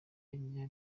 yari